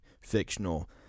fictional